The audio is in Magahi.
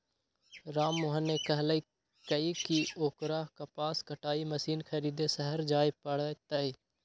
राममोहन ने कहल कई की ओकरा कपास कटाई मशीन खरीदे शहर जाय पड़ तय